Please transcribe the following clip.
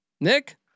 Nick